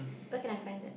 where can I find that